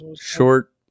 Short